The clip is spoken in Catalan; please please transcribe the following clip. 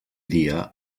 dia